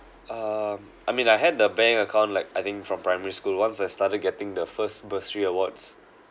um I mean I had the bank account like I think from primary school once I started getting the first bursary awards